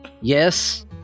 Yes